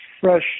fresh